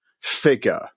figure